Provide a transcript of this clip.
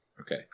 Okay